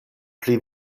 pli